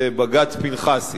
זה בג"ץ פנחסי.